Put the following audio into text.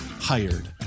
hired